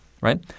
right